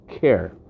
care